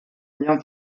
lien